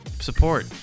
support